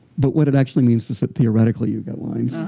but what it actually means is that theoretically you've got lines.